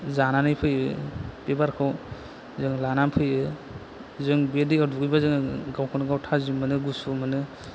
जानानै फैयो बे बारखौ जोङो लानानै फैयो जों बे दैयाव दुगैबा जोङो गावखौनो गाव थाजिम मोनो गुसु मोनो